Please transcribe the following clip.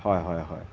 হয় হয় হয়